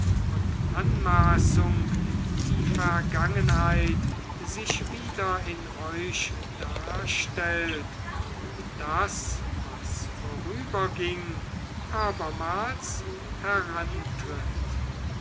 und anmaßung die vergangenheit sich wieder in euch darstellt und das was vorüberging abermals herantritt